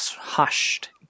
hushed